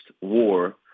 war